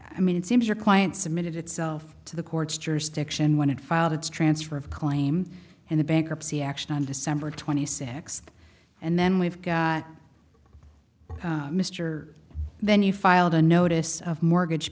i mean it seems your client submitted itself to the court's jurisdiction when it filed its transfer of claim in the bankruptcy action on december twenty sixth and then we've got mr then you filed a notice of mortgage